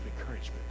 encouragement